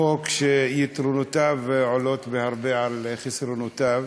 חוק שיתרונותיו עולים בהרבה על חסרונותיו,